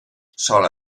shall